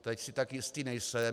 Teď si tak jistý nejsem.